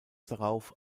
darauf